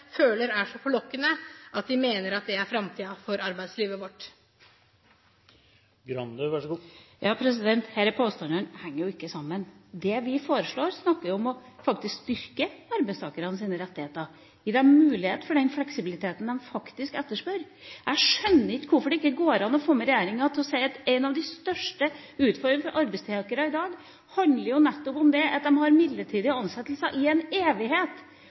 føler er så forlokkende at de mener at det er framtida for arbeidslivet vårt. Disse påstandene henger jo ikke sammen. Det vi foreslår, betyr faktisk å styrke arbeidstakernes rettigheter, gi dem mulighet for den fleksibiliteten de faktisk etterspør. Jeg skjønner ikke hvorfor det ikke går an å få med regjeringa på å si at en av de største utfordringene for arbeidstakere i dag nettopp handler om at de har midlertidig ansettelse i en evighet.